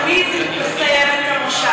חברת הכנסת גרמן, הוא תמיד מסיים את המושב.